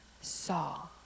saw